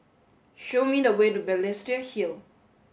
show me the way to Balestier Hill